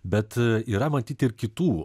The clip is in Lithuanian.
bet yra matyt ir kitų